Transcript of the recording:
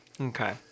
Okay